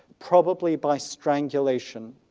probably by strangulation.